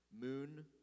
moon